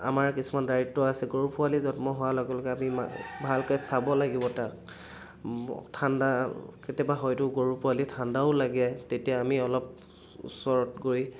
আমাৰ কিছুমান দায়িত্ব আছে গৰু পোৱালি জন্ম হোৱাৰ লগে লগে আমি ভালকে চাব লাগিব তাক ঠাণ্ডা কেতিয়াবা হয়তো গৰু পোৱালিৰ ঠাণ্ডাও লাগে তেতিয়া আমি অলপ ওচৰত গৈ